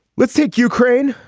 let's take ukraine,